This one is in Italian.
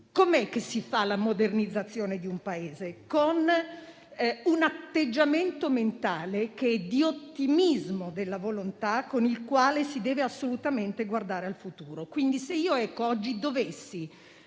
Come si fa la modernizzazione di un Paese? Con un atteggiamento mentale di ottimismo della volontà con il quale si deve assolutamente guardare al futuro. Se io oggi dovessi,